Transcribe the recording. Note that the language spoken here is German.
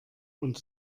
und